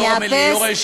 אני אאפס.